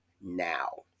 now